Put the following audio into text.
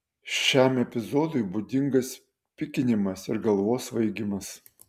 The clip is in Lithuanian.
šiam epizodui būdingas pykinimas ir galvos svaigimas